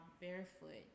barefoot